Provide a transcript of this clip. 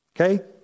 Okay